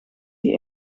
die